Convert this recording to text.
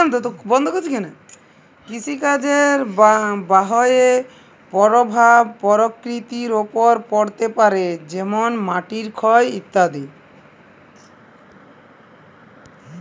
কৃষিকাজের বাহয়ে পরভাব পরকৃতির ওপর পড়তে পারে যেমল মাটির ক্ষয় ইত্যাদি